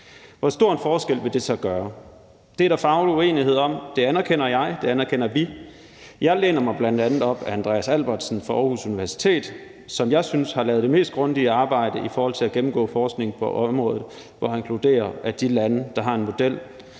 Hvor stor en forskel vil det så gøre? Det er der faglig uenighed om. Det anerkender jeg, og det anerkender vi. Jeg læner mig bl.a. op ad Andreas Albertsen fra Aarhus Universitet, som jeg synes har lavet det mest grundige arbejde i forhold til at gennemgå forskningen på området, hvor han konkluderer, at de lande, der har en model,